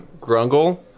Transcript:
Grungle